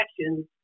actions